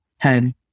Home